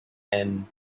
and